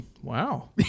Wow